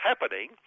happening